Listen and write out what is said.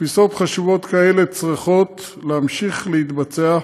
תפיסות חשובות כאלה צריכות להמשיך להתבצע,